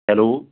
hello